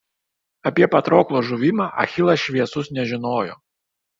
apie patroklo žuvimą achilas šviesus nežinojo